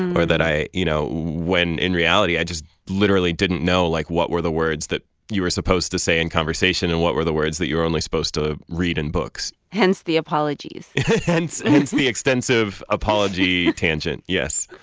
or that i you know, when in reality, i just literally didn't know, like, what were the words that you were supposed to say in conversation and what were the words that you were only supposed to read in books hence the apologies hence hence the extensive apology tangent, yes.